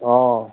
অঁ